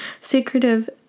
secretive